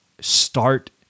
start